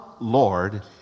Lord